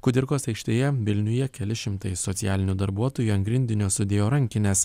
kudirkos aikštėje vilniuje keli šimtai socialinių darbuotojų ant grindinio sudėjo rankines